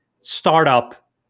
startup